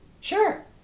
Sure